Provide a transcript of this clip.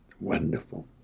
wonderful